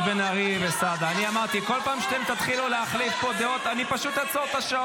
לעצור את אלו.